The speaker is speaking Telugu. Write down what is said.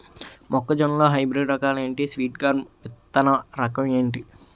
మొక్క జొన్న లో హైబ్రిడ్ రకాలు ఎంటి? స్వీట్ కార్న్ విత్తన రకం ఏంటి?